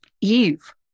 eve